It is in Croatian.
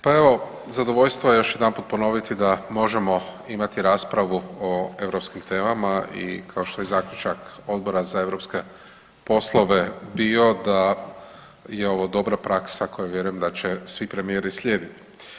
Pa evo zadovoljstvo je još jednom ponoviti da možemo imati raspravu o europskim temama i kao što je zaključak Odbora za europske poslove bio da je ovo dobra praksa koja vjerujem da će svi premijeri slijedit.